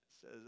says